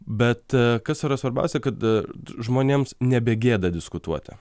bet kas yra svarbiausia kad žmonėms nebe gėda diskutuoti